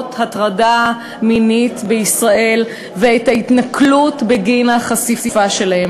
שממגרות את ההטרדה המינית בישראל ואת ההתנכלות בגין החשיפה שלה.